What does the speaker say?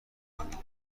کنید